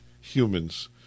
humans